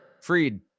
Freed